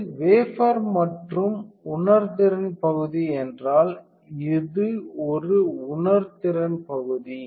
இது வேபர் மற்றும் இது உணர்திறன் பகுதி என்றால் இது ஒரு உணர்திறன் பகுதி